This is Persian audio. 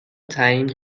تعیین